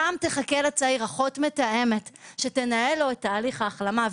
שם תחכה לצעיר אחות מתאמת שתנהל לו את תהליך ההחלמה,